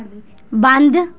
ਬੰਦ